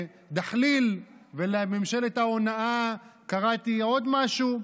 דחליל, ולממשלת ההונאה קראתי עוד משהו.